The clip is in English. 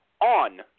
on